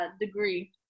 degree